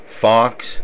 fox